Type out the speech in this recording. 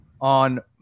on